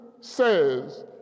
says